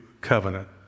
Covenant